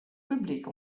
publyk